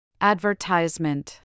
Advertisement